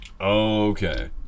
Okay